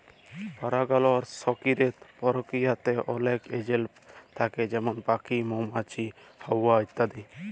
পারাগায়লের সকিরিয় পরকিরিয়াতে অলেক এজেলট থ্যাকে যেমল প্যাখি, মমাছি, হাওয়া ইত্যাদি